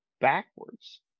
backwards